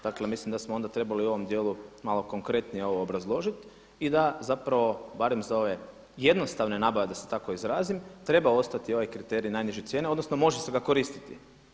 Dakle, mislim da smo onda trebali u ovom dijelu malo konkretnije ovo obrazložiti i da zapravo barem za ove jednostavne nabave, da se tako izrazim, treba ostati ovaj kriterij najniže cijene odnosno može ga se koristiti.